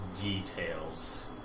details